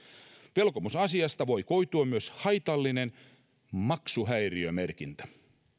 velkomusasiasta voi koitua myös haitallinen maksuhäiriömerkintä